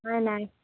নাই নাই